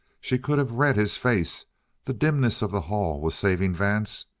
she could have read his face the dimness of the hall was saving vance,